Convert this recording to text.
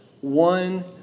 one